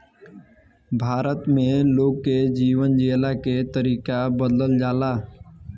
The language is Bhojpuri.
भारत में लोग के जीवन जियला के तरीका बदलल जाला